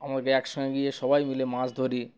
আমাকে একসঙ্গে গিয়ে সবাই মিলে মাছ ধরি